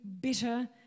bitter